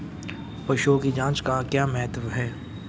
पशुओं की जांच का क्या महत्व है?